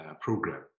program